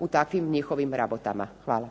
u takvim njihovim rabotama. Hvala.